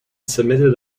submitted